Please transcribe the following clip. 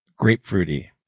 grapefruity